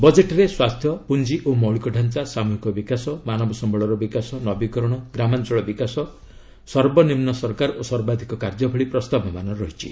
ବଜେଟରେ ସ୍ୱାସ୍ଥ୍ୟ ପୁଞ୍ଜି ଓ ମୌଳିକ ଢ଼ାଞ୍ଚା ସାମୂହିକ ବିକାଶ ମାନବ ସମ୍ଭଳର ବିକାଶ ନବୀକରଣ ଗ୍ରାମାଞ୍ଚଳ ବିକାଶ ସର୍ବନିମ୍ବ ସରକାର ଓ ସର୍ବାଧିକ କାର୍ଯ୍ୟ ଭଳି ପ୍ରସ୍ତାବମାନ ରହିଛି